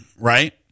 right